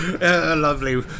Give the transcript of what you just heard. lovely